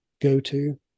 go-to